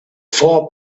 four